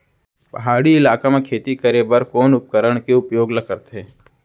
पहाड़ी इलाका म खेती करें बर कोन उपकरण के उपयोग ल सकथे?